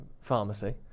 pharmacy